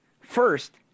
first